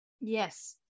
Yes